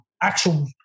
actual